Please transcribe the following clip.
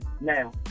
now